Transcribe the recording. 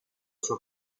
sue